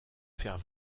faire